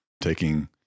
taking